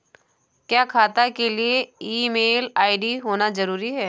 क्या खाता के लिए ईमेल आई.डी होना जरूरी है?